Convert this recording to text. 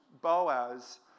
Boaz